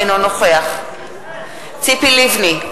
אינו נוכח ציפי לבני,